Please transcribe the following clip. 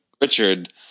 Richard